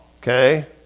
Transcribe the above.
Okay